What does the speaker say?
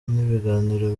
n’ibiganiro